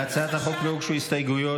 להצעת החוק לא הוגשו הסתייגויות,